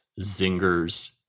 zingers